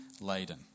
laden